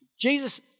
Jesus